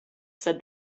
said